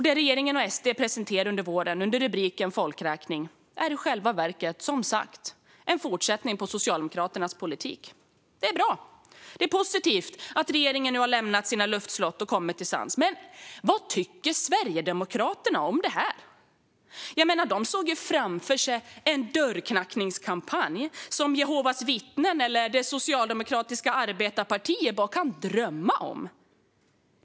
Det regeringen och SD presenterade under våren, under rubriken Folkräkning, är som sagt i själva verket en fortsättning på Socialdemokraternas politik. Det är bra. Det är positivt att regeringen nu har lämnat sina luftslott och kommit till sans. Men vad tycker egentligen Sverigedemokraterna om det här? De såg ju framför sig en dörrknackningskampanj som Jehovas vittnen eller Socialdemokratiska arbetarepartiet bara kan drömma om.